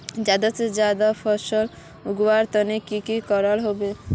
ज्यादा से ज्यादा फसल उगवार तने की की करबय होबे?